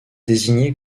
désignée